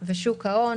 ושוק ההון